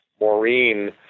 Maureen